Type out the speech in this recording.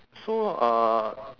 so uh